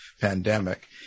pandemic